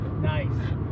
Nice